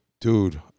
dude